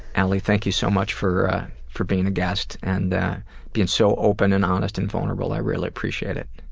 ali, thank you so much for for being a guest and being so open and honest and vulnerable, i really appreciate it.